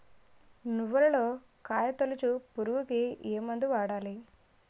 నువ్వులలో కాయ తోలుచు పురుగుకి ఏ మందు వాడాలి?